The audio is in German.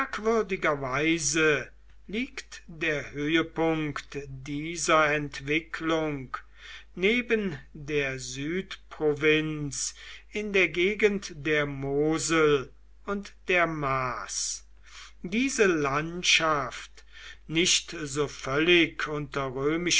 liegt der höhepunkt dieser entwicklung neben der südprovinz in der gegend der mosel und der maas diese landschaft nicht so völlig